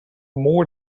more